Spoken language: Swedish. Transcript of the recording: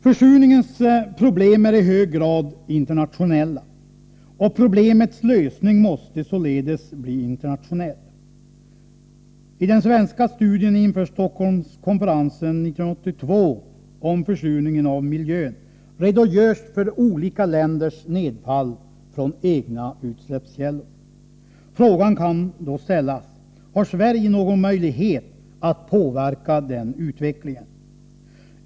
Försurningens problem är i hög grad internationellt, och problemets lösning måste således bli internationell. I den svenska studien inför Stockholmskonferensen 1982 om försurningen av miljön redogörs för olika länders nedfall från egna utsläppskällor. Frågan kan då ställas: Har Sverige någon möjlighet att påverka den utvecklingen?